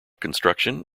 construction